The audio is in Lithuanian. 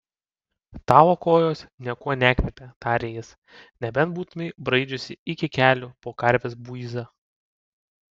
tavo kojos niekuo nekvepia tarė jis nebent būtumei braidžiusi iki kelių po karvės buizą